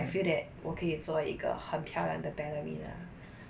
I feel that 我可以做一个很漂亮的 ballerina